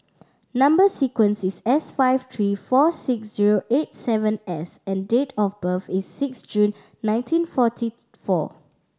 number sequence is S five three four six zero eight seven S and date of birth is six June nineteen forty four